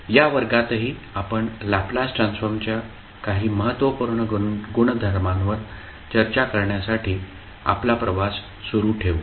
या वर्गातही आपण लॅपलास ट्रान्सफॉर्मच्या काही महत्त्वपूर्ण गुणधर्मांवर चर्चा करण्यासाठी आपला प्रवास सुरू ठेवू